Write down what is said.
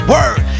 Word